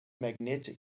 magnetic